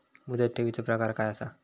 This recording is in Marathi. मुदत ठेवीचो प्रकार काय असा?